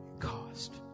Cost